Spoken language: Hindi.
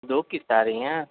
दो किस्त आ रही हैं